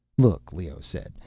look, leoh said,